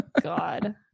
god